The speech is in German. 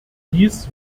dies